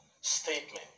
statement